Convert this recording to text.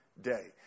day